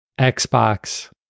Xbox